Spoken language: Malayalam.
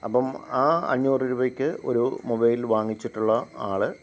അപ്പം ആ അഞ്ഞൂറ് രൂപയ്ക്ക് ഒരു മൊബൈല് വാങ്ങിച്ചിട്ടുള്ള ആൾ